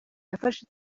yafashe